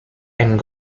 and